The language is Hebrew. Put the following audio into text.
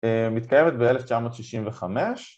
‫מתקיימת ב-1965.